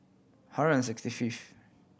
hundred and sixty fifth